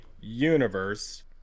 universe